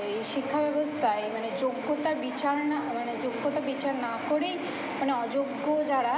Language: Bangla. এই শিক্ষা ব্যবস্তায় মানে যোগ্যতার বিচার না মানে যোগ্যতা বিচার না করেই মানে অযোগ্য যারা